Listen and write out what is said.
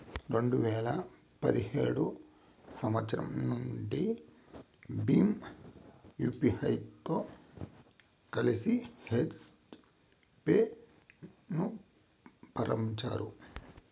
రెండు వేల పదిహేడు సంవచ్చరం నుండి భీమ్ యూపీఐతో కలిసి యెస్ పే ను ఆరంభించారు